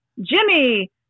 Jimmy